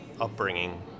upbringing